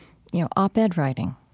you know op-ed writing.